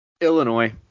Illinois